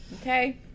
okay